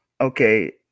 Okay